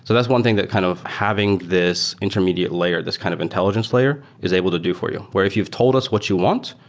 so that's one thing that kind of having this intermediate layer, this kind of intelligence layer, is able to do for you, where if you've told us what you want,